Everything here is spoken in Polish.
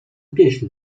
pieśń